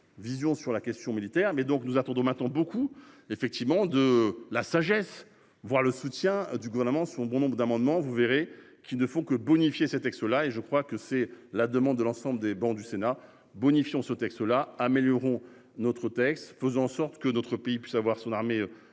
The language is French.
visions sur la question militaire, mais donc nous attendons maintenant beaucoup effectivement de la sagesse. Voir le soutien du gouvernement selon bon nombre d'amendements, vous verrez qu'ils ne font que bonifier cet axe-là et je crois que c'est la demande de l'ensemble des bancs du Sénat bonifiant ce texte là améliorons notre texte faisant en sorte que notre pays puisse avoir son armée